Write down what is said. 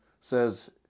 says